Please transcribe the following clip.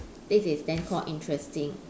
this is then called interesting